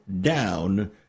down